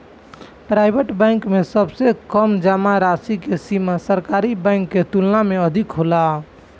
private bank में सबसे कम जामा राशि के सीमा सरकारी बैंक के तुलना में अधिक होला